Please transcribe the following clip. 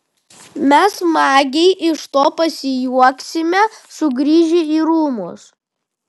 mes smagiai iš to pasijuoksime sugrįžę į rūmus